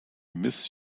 miss